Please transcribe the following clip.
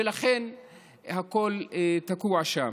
ולכן הכול תקוע שם.